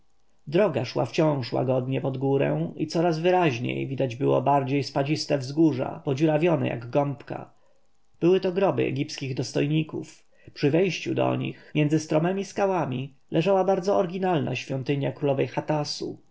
droga szła wciąż łagodnie pod górę i coraz wyraźniej widać było bardziej spadziste wzgórza podziurawione jak gąbka były to groby egipskich dostojników przy wejściu do nich między stromemi skałami leżała bardzo oryginalna świątynia królowej hatasu